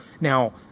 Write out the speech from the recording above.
Now